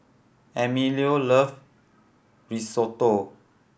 Emilio love Risotto